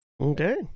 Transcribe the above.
Okay